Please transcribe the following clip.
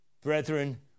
brethren